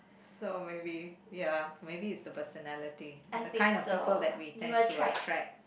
so maybe ya maybe it's the personality and the kind of people that we tend to attract